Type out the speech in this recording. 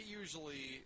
usually